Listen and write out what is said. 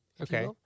Okay